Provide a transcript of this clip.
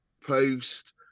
post